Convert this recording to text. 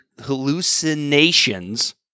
hallucinations